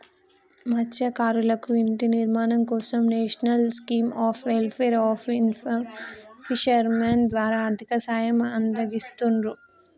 మత్స్యకారులకు ఇంటి నిర్మాణం కోసం national scheme of welfare of fishermen ద్వారా ఆర్థిక సహాయం అందిస్తున్రు